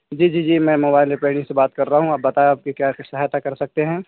جی جی جی میں موبائل ریپیرنگ سے بات کر رہا ہوں آپ بتائے آپ کی کیا سہایتا کر سکتے ہیں